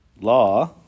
law